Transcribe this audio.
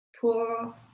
poor